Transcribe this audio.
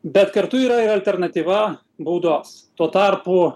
bet kartu yra ir alternatyva baudos tuo tarpu